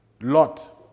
lot